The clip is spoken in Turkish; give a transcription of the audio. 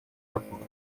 katıldı